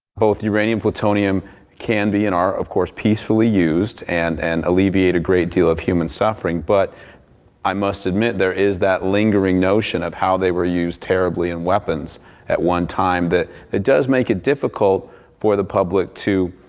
both uranium and plutonium can be and are of course peacefully used, and and alleviate a great deal of human suffering. but i must admit, there is that lingering notion of how they were used terribly in weapons at one time, that that does make it difficult for the public to